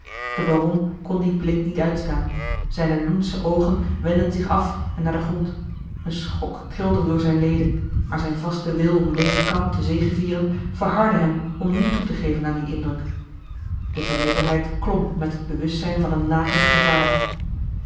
de baron kon dien blik niet uitstaan zijne loensche oogen wendden zich af en naar den grond een schok trilde door zijne leden maar zijn vaste wil om in dezen kamp te zegevieren verhardde hem om niet toe te geven aan dien indruk de vermetelheid klom met het bewustzijn van een nakend gevaar